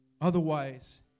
Otherwise